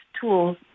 tools